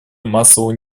массового